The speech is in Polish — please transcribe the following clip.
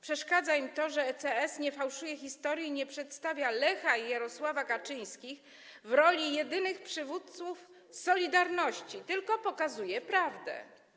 Przeszkadza im to, że ECS nie fałszuje historii i nie przedstawia Lecha i Jarosława Kaczyńskich w roli jedynych przywódców „Solidarności”, tylko pokazuje prawdę.